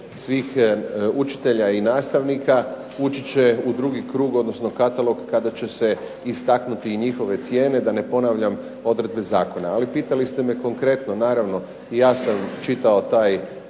svih nastavnika i učitelja ući će u drugi krug, odnosno katalog kada će se istaknuti i njihove cijene da ne kažem odredbe Zakona. Ali pitali ste me konkretno, naravno, ja sam čitao taj